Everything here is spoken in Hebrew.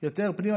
יותר פנימה,